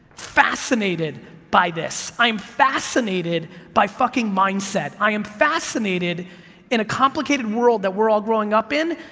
fascinated by this. i am fascinated by fucking mindset, i am fascinated in a complicated world that we're all growing up in,